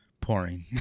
pouring